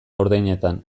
ordainetan